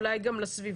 אולי גם לסביבה.